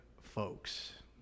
folks